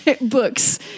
books